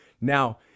Now